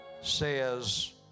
says